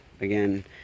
again